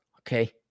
Okay